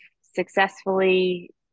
successfully